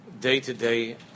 day-to-day